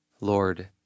Lord